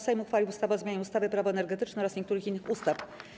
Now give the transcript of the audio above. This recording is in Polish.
Sejm uchwalił ustawę o zmianie ustawy Prawo energetyczne oraz niektórych innych ustaw.